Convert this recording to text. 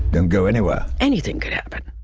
don't go anywhere. anything could happen